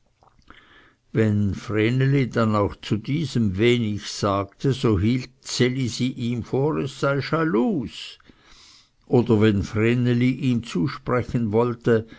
wenn vreneli dann auch zu diesem wenig sagte so hielt ds elisi ihm vor es sei schalus oder wenn vreneli ihm zusprechen wollte